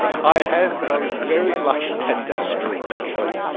i have, but i was very lucky that day i think actually.